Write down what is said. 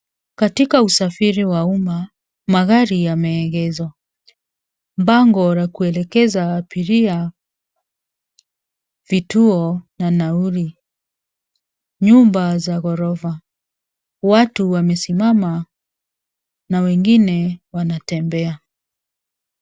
Katika usafiri wa umma magari yameegezwa. Bango la kuelekeza abiria vituo na nauli. Nyumba za ghorofa. Watu wamesimama na wengine wanatembea.